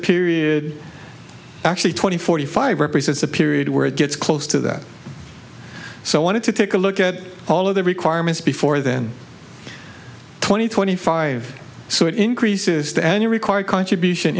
period actually twenty forty five represents a period where it gets close to that so i wanted to take a look at all of the requirements before then twenty twenty five so it increases the any required contribution